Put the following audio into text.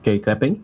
K clapping